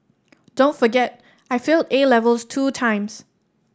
don't forget I failed A levels two times